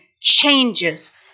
changes